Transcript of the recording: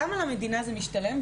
למה למדינה זה משתלם?